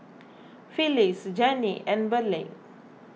Phylis Gennie and Burleigh